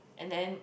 and then